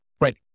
Right